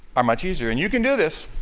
are much easier. and you can do this,